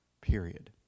Period